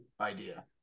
idea